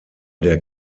der